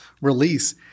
release